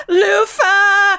loofah